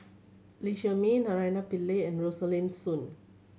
Lee Shermay Naraina Pillai and Rosaline Soon